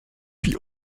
puis